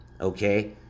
Okay